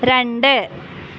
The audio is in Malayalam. രണ്ട്